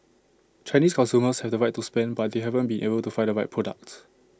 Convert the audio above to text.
Chinese consumers have the money to spend but they haven't been able to find the right product